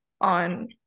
on